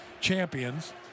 champions